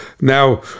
Now